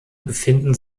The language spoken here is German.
befinden